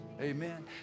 Amen